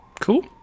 cool